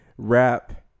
Rap